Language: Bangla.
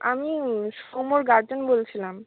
আমি সৌম্যর গার্জেন বলছিলাম